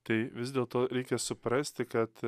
tai vis dėlto reikia suprasti kad